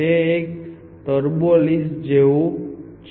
તેથી તે turbo list જેવું છે